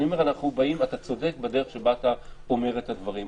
אתה צודק בדרך שבה אתה אומר את הדברים,